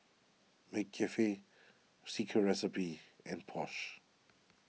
McCafe Secret Recipe and Porsche